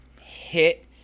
hit